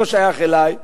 לא שייך אלי.